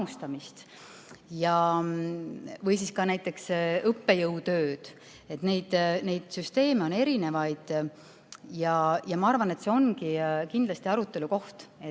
ja või siis ka õppejõutööd. Neid süsteeme on erinevaid. Ma arvan, et see ongi kindlasti arutelu koht,